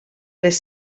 les